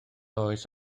oes